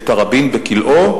את תראבין בכלאו.